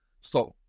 stop